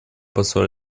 посла